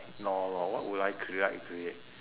ignore law what would I crea~ like to create